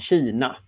Kina